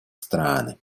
страны